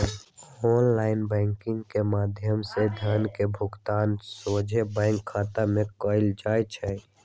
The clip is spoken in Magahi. ऑनलाइन बैंकिंग के माध्यम से धन के भुगतान सोझे बैंक खता में कएल जाइ छइ